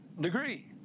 degree